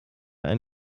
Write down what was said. ein